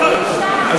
אני אישה.